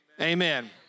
Amen